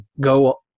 go